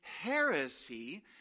heresy